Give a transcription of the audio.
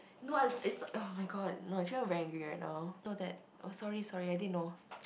no I is oh-my-god no actually I'm very angry right now no that oh sorry sorry I didn't know